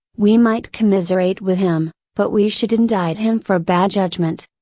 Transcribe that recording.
we might commiserate with him, but we should indict him for bad judgment.